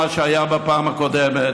מה שהיה בפעם הקודמת.